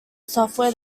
software